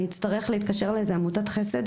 אני אצטרך להתקשר לאיזה עמותת חסד,